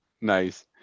nice